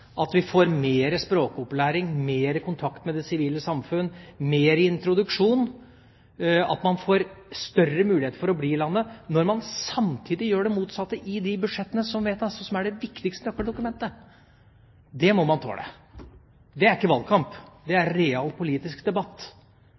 at man får mer språkopplæring, mer kontakt med det sivile samfunn, mer introduksjon, at man får større muligheter til å bli i landet, når man samtidig gjør det motsatte i budsjettet, som er det viktigste nøkkeldokumentet. Det må man tåle. Det er ikke valgkamp. Det er